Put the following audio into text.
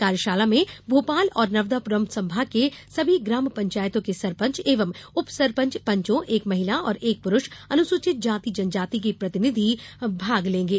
कार्यशाला में भोपाल और नर्मदा पुरम संभाग के सभी ग्राम पंचायतों के सरपंच एवं उप सरपंच पंचों एक महिला और एक पुरूष अनुसूचित जाति जनजाति के प्रतिनिधी भाग लेंगे